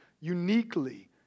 uniquely